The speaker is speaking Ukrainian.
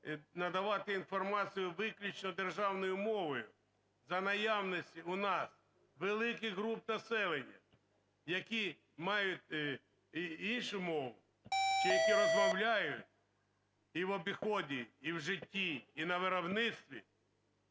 надавати інформацію виключно державною мовою за наявності у нас великих груп населення, які мають іншу мову чи які розмовляють і в обіході, і в житті, і на виробництві,